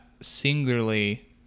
singularly